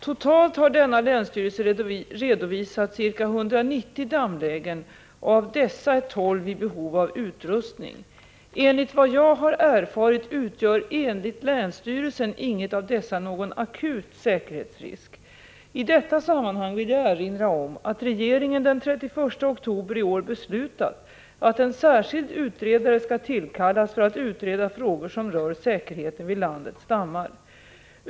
Totalt har denna länsstyrelse redovisat ca 190 dammlägen, och av dessa är 12 i behov av upprustning. Enligt vad jag har erfarit utgör enligt länsstyrelsen inget av dessa någon akut säkerhetsrisk. I detta sammanhang vill jag erinra om att regeringen den 31 oktober i år beslutat att en särskild utredare skall tillkallas för att utreda frågor som rör säkerheten vid landets dammar.